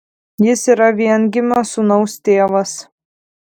jis yra viengimio sūnaus tėvas